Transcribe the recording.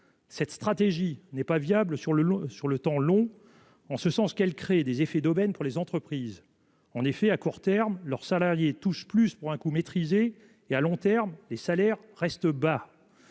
telle stratégie n'est pas viable sur le temps long terme. Elle crée des effets d'aubaine pour les entreprises. En effet, à court terme, leurs salariés touchent plus pour un coût maîtrisé, mais à long terme, les salaires restent bas.